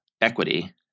equity